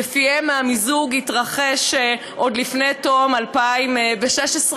שלפיהן המיזוג יתרחש עוד לפני תום 2016,